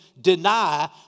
deny